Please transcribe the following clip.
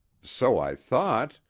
so i thought,